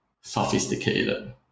sophisticated